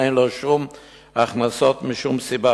אין לה שום הכנסות משום מקור.